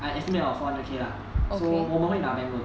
I estimated like four hundred K lah so 我们会拿 bank loan